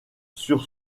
sur